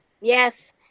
Yes